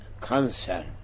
cancer